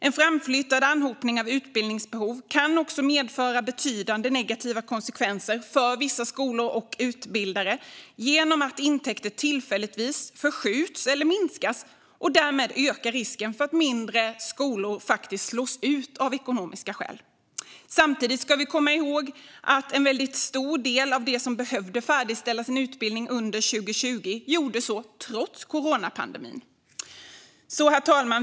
En framflyttad anhopning av utbildningsbehov kan också medföra betydande negativa konsekvenser för vissa skolor och utbildare genom att intäkter tillfälligtvis förskjuts eller minskas och därmed ökar risken för att mindre skolor faktiskt slås ut av ekonomiska skäl. Samtidigt ska vi komma ihåg att en väldigt stor del av dem som behövde färdigställa sin utbildning under 2020 gjorde så trots coronapandemin. Herr talman!